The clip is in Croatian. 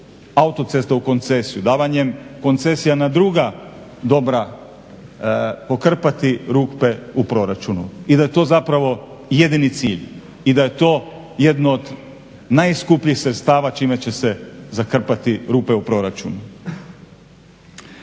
autoceste u koncesiju, davanjem koncesija na druga dobra pokrpati rupe u proračunu i da je to zapravo jedini cilj i da je to jedno od najskupljih sredstava čime će se zakrpati rupe u proračunu.